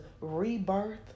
rebirth